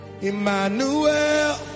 Emmanuel